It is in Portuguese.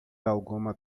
alguma